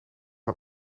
een